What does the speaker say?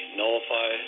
nullify